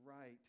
right